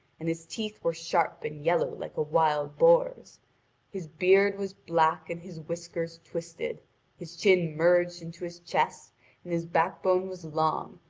and his teeth were sharp and yellow like a wild boar's his beard was black and his whiskers twisted his chin merged into his chest and his backbone was long,